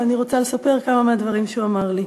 אבל אני רוצה לספר כמה מהדברים שהוא אמר לי.